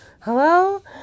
hello